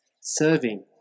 serving